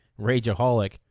rageaholic